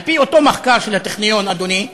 על-פי אותו מחקר של הטכניון, אדוני,